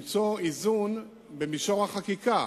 הרצון למצוא איזון במישור החקיקה.